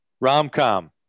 rom-com